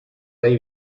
dai